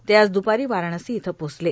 ते आज दुपारी वाराणसी इथं पोहोचले